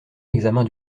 l’examen